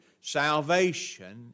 Salvation